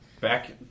Back